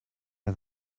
how